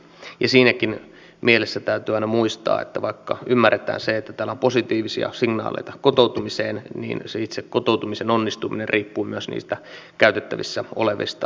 ja siinäkin mielessä täytyy aina muistaa että vaikka ymmärretään se että tällä on positiivisia signaaleita kotoutumiseen niin itse kotoutumisen onnistuminen riippuu myös niistä käytettävissä olevista resursseista